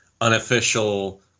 unofficial